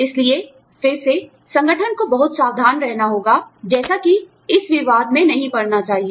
इसलिए फिर से संगठन को बहुत सावधान रहना होगा जैसा कि इस विवाद में नहीं पड़ना चाहिए